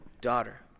daughter